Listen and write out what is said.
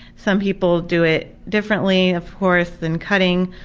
some people do it differently, of course, than cutting,